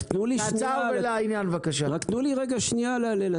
רק תנו לי שנייה להסביר.